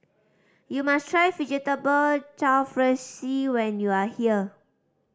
you must try Vegetable Jalfrezi when you are here